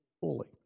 fully